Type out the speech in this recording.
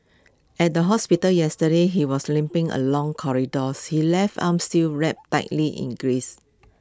at the hospital yesterday he was limping along corridors his left arm still wrapped tightly in graze